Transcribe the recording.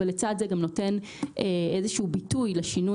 ולצד זה גם נותן איזשהו ביטוי לשינוי